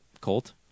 Colt